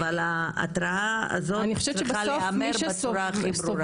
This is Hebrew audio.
אבל ההתרעה הזאת צריכה להיאמר בצורה הכי ברורה.